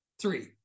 Three